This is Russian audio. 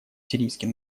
сирийский